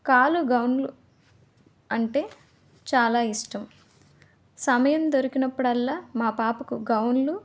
కాలు గౌన్లు అంటే చాలా ఇష్టం సమయం దొరికినప్పుడల్లా మా పాపకు గౌన్లు